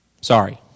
Sorry